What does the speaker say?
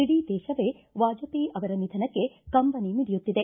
ಇಡೀ ದೇಶವೇ ವಾಜಪೇಯಿ ಅವರ ನಿಧನಕ್ಕೆ ಕಂಬನಿ ಮಿಡಿಯುತ್ತಿದೆ